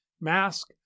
mask